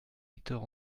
victor